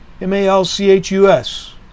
M-A-L-C-H-U-S